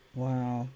Wow